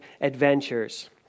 adventures